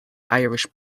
irish